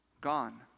gone